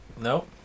nope